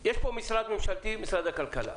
יש פה משרד ממשלתי, משרד הכלכלה,